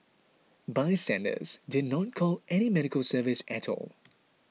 bystanders did not call any medical service at all